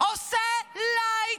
עושה לייק,